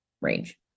range